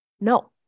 No